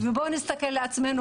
בוא נסתכל לתוך עצמנו